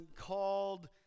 called